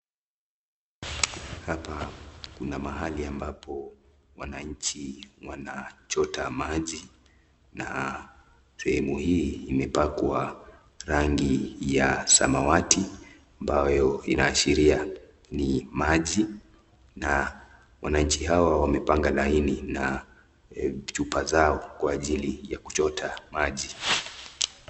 Hapa kuna mahali ambapo wananchi wanachota maji na sehemu hii imepakwa rangi ya samawati ambayo inaashiria ni maji na wananchi hawa wamepanga laini na chupa zao kwa ajili ya kuchota maji.